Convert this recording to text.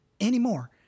anymore